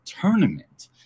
tournament